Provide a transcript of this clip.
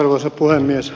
arvoisa puhemies